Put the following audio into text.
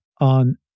on